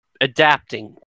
adapting